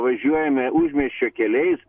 važiuojame užmiesčio keliais